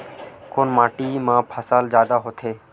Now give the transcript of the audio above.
कोन माटी मा फसल जादा होथे?